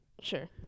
sure